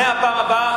מהפעם הבאה,